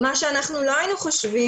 מה שאנחנו לא היינו חושבים,